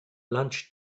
lunch